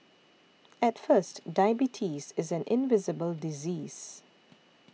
at first diabetes is an invisible disease